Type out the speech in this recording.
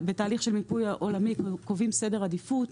בתהליך של מיפוי עולמי, אנחנו קובעים סדר עדיפות.